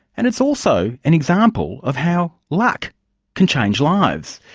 and it's also an example of how luck can change lives.